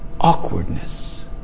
awkwardness